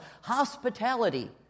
Hospitality